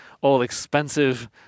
all-expensive